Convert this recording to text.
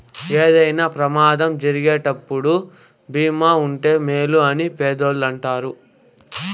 ఏదైనా ప్రమాదం జరిగినప్పుడు భీమా ఉంటే మేలు అని పెద్దోళ్ళు అంటారు